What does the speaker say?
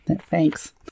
Thanks